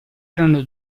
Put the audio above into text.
erano